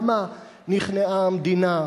למה נכנעה המדינה?